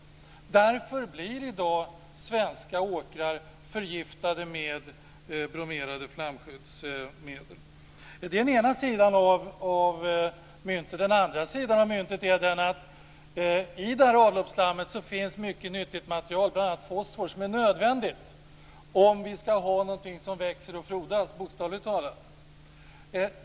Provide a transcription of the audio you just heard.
Därför blir i dag svenska åkrar förgiftade med bromerade flamskyddsmedel. Det är den ena sidan av myntet. Den andra sidan av myntet är att i det här avloppsslammet finns mycket nyttigt material, bl.a. fosfor, som är nödvändigt om vi ska ha någonting som växer och frodas, bokstavligt talat.